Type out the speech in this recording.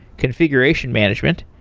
configuration management,